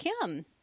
Kim